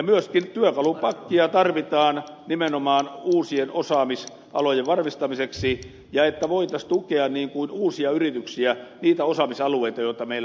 myöskin työkalupakkia tarvitaan nimenomaan uusien osaamisalojen varmistamiseksi ja niin että voitaisiin tukea uusia yrityksiä niiltä osaamisalueilta joita meillä metsäteollisuudessa on